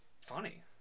funny